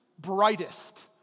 brightest